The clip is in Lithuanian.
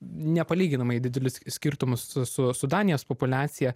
nepalyginamai didelius skirtumus su su su danijos populiacija